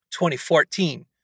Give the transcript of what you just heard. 2014